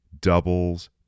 doubles